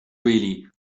really